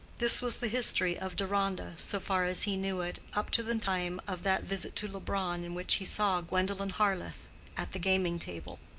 this was the history of deronda, so far as he knew it, up to the time of that visit to leubronn in which he saw gwendolen harleth at the gaming-table.